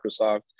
Microsoft